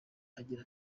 agira